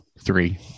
three